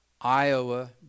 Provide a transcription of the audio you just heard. Iowa